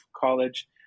college